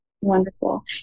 Wonderful